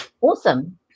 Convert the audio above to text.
awesome